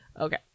okay